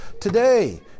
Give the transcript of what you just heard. today